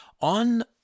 On